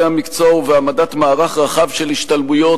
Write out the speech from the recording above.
המקצוע ובהעמדת מערך רחב של השתלמויות,